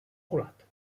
colat